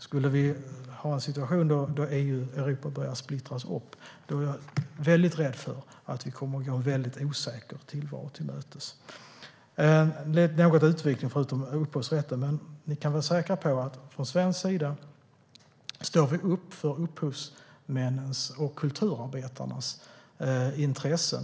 Skulle vi ha en situation där Europa börjar splittras upp är jag väldigt rädd för att vi kommer att gå en väldigt osäker tillvaro till mötes. Detta blev en utvidgning utifrån upphovsrätten. Men ni kan vara säkra på att vi från svensk sida står upp för upphovsmännens och kulturarbetarnas intressen.